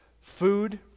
food